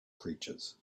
creatures